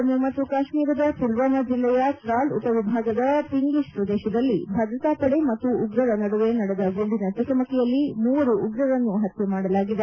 ಜಮ್ನು ಮತ್ತು ಕಾಶ್ವೀರದ ಪುಲ್ವಾಮಾ ಜಿಲ್ಲೆಯ ತ್ರಾಲ್ ಉಪವಿಭಾಗದ ಒಂಗ್ಲಿಶ್ ಪ್ರದೇಶದಲ್ಲಿ ಭದ್ರತಾ ಪಡೆ ಮತ್ತು ಉಗ್ರರ ನಡುವೆ ನಡೆದ ಗುಂಡಿನ ಚಕಮಕಿಯಲ್ಲಿ ಮೂವರು ಉಗ್ರರನ್ನು ಹತ್ತೆ ಮಾಡಲಾಗಿದೆ